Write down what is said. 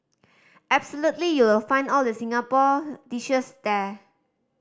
absolutely you will find all the Singaporean dishes there